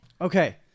Okay